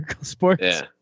Sports